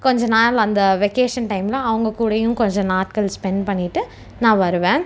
கொஞ்சம் நாள் அந்த வெகேஷன் டைம்லாம் அவங்கக்கூடையும் கொஞ்சம் நாட்கள் ஸ்பென்ட் பண்ணிவிட்டு நான் வருவேன்